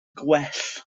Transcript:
gwell